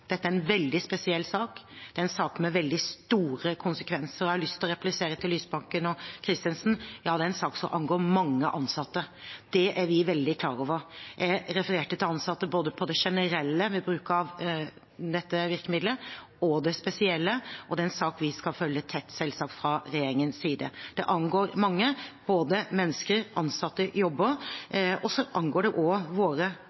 Dette er en veldig spesiell sak, det er en sak med veldig store konsekvenser, og jeg har lyst til å replisere til Lysbakken og Christensen – ja, det er en sak som angår mange ansatte. Det er vi veldig klar over. Jeg refererte til ansatte både på det generelle ved bruk av dette virkemiddelet, og det spesielle, og det er en sak vi selvsagt skal følge tett fra regjeringens side. Det angår mange, både mennesker, ansatte og jobber. Det angår også våre